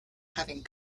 having